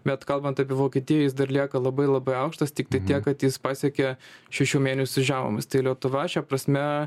bet kalbant apie vokietiją jis dar lieka labai labai aukštas tiktai tiek kad jis pasiekė šešių mėnesių žemumas tai lietuva šia prasme